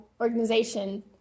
organization